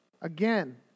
again